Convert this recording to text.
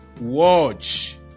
watch